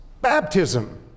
Baptism